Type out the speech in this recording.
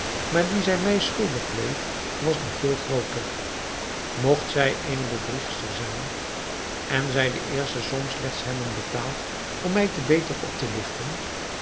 maar die zij mij schuldig bleef was nog veel grooter mogt het eene bedriegster zijn en zij de eerste som slechts hebben betaald om mij te beter op te ligten